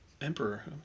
Emperor